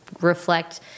reflect